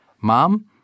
Mom